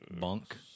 bunk